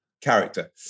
character